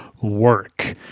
work